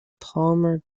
palmer